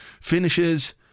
finishes